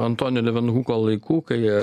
antonijo levenhuko laikų kai